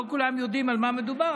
לא כולם יודעים על מה מדובר,